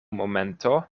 momento